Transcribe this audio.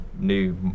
new